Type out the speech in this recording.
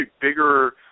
bigger